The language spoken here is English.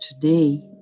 Today